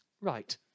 Right